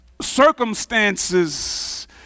Circumstances